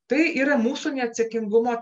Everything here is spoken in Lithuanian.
tai yra mūsų neatsakingumo